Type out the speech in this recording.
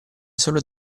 solo